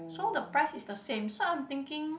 so the price is the same so I'm thinking